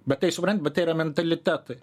bet tai supranti bet tai yra mentalitetai